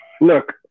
look